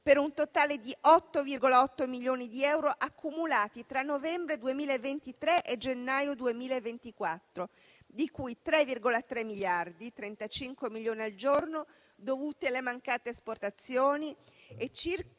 per un totale di 8,8 milioni di euro accumulati tra novembre 2023 e gennaio 2024, di cui 3,3 miliardi (35 milioni al giorno) dovuti alle mancate esportazioni e circa